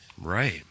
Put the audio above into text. Right